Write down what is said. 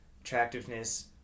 Attractiveness